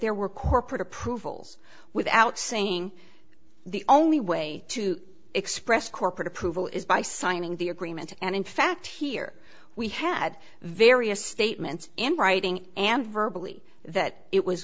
there were corporate approvals without saying the only way to express corporate approval is by signing the agreement and in fact here we had various statements in writing and verbally that it was